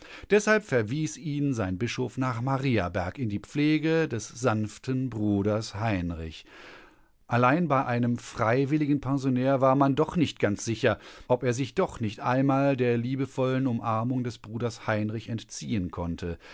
deshalb verwies ihn sein bischof nach mariaberg in die pflege des sanften bruders heinrich allein bei einem freiwilligen pensionär war man doch nicht ganz sicher ob er sich doch nicht einmal der liebevollen umarmung des bruders heinrich entziehen konnte